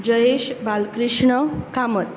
Jayesh Balkrishna Kamat